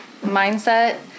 mindset